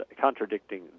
contradicting